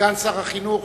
סגן שר החינוך,